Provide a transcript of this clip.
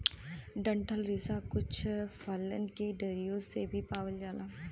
डंठल रेसा कुछ फलन के डरियो से भी पावल जाला